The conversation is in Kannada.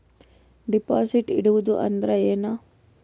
ಡೆಪಾಜಿಟ್ ಇಡುವುದು ಅಂದ್ರ ಏನ?